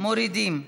מורידים.